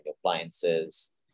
appliances